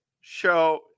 show